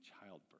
childbirth